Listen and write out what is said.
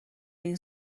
این